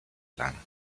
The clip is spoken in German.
lang